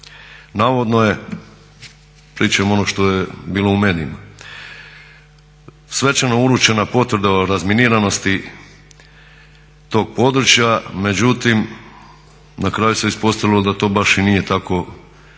Navodno je, pričam ono što je bilo u medijima, svečano uručena potvrda o razminiranosti tog područja. Međutim, na kraju se ispostavilo da to baš i nije tako kako